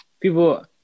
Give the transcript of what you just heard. people